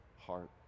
heart